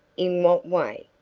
in what way?